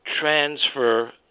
transfer